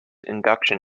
induction